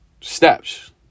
steps